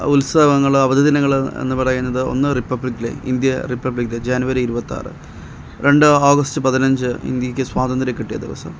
ഉത്സവങ്ങൾ അവധി ദിനങ്ങൾ എന്ന് പറയുന്നത് ഒന്ന് republic day India republic day January ഇരുപത്തി ആറ് രണ്ട് ഓഗസ്റ്റ് പതിനഞ്ച് ഇന്ത്യയ്ക്ക് സ്വാതന്ത്ര്യം കിട്ടിയ ദിവസം